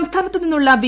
സംസ്ഥാനത്തുനിന്നുള്ള P